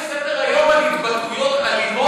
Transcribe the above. תעברי לסדר-היום על התבטאויות אלימות,